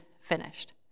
finished